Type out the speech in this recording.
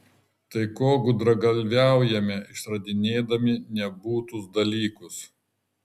tai ko gudragalviaujame išradinėdami nebūtus dalykus